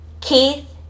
Keith